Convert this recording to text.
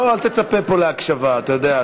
לא, אל תצפה פה להקשבה, אתה יודע.